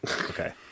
Okay